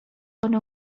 کنه